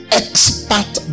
expert